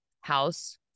house